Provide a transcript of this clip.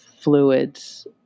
fluids